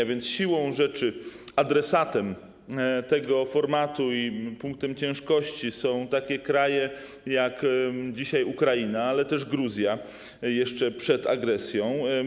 A więc siłą rzeczy adresatem tego formatu i punktem ciężkości są takie kraje jak dzisiaj Ukraina, ale też Gruzja, jeszcze przed agresją.